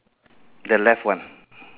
the left one